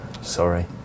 sorry